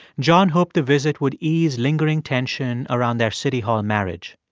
john hoped the visit would ease lingering tension around their city hall marriage.